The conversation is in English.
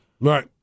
Right